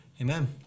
amen